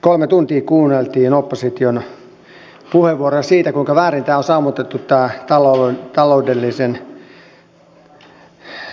kolme tuntia kuunneltiin opposition puheenvuoroja siitä kuinka väärin on sammutettu tämä taloudellisen